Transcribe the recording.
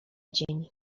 dzień